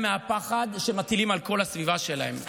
מהפחד שהם מטילים על כל הסביבה שלהם.